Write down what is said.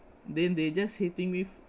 then they just hating me